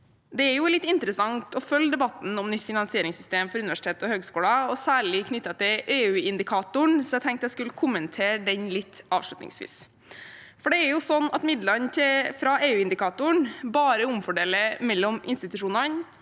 Det er litt interessant å følge debatten om nytt finansieringssystem for universiteter og høyskoler, særlig knyttet til EU-indikatoren, så jeg tenkte jeg skulle kommentere den avslutningsvis. Det er sånn at midlene fra EU-indikatoren bare omfordeler mellom institusjonene,